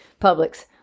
Publix